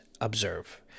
observe